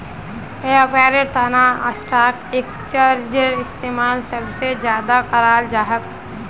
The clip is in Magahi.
व्यापारेर तना स्टाक एक्स्चेंजेर इस्तेमाल सब स ज्यादा कराल जा छेक